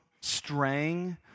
straying